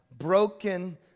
broken